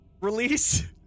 release